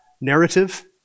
narrative